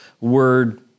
word